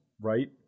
right